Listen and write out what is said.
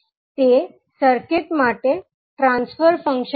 તે સર્કિટ માટે transfer function હશે